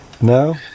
No